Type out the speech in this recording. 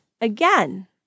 again